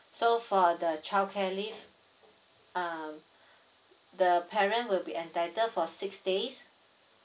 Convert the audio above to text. so for the childcare leave um the parent will be entitled for six days